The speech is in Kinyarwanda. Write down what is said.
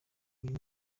uyu